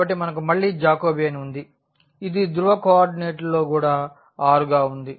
కాబట్టి మనకు మళ్ళీ జాకోబియన్ ఉంది ఇది ధ్రువ కోఆర్డినేట్లో కూడా r గా ఉంది